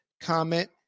comment